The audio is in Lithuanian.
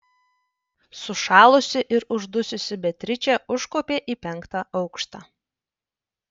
sušalusi ir uždususi beatričė užkopė į penktą aukštą